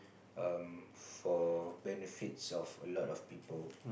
um for benefits of a lot of people